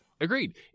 Agreed